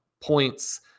points